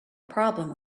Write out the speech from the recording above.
problem